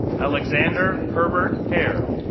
alexander herbert herr,